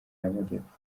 y’amajyepfo